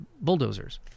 bulldozers